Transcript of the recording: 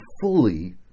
fully